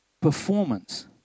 performance